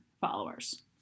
followers